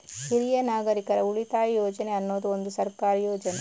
ಹಿರಿಯ ನಾಗರಿಕರ ಉಳಿತಾಯ ಯೋಜನೆ ಅನ್ನುದು ಒಂದು ಸರ್ಕಾರಿ ಯೋಜನೆ